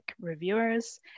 reviewers